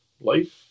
life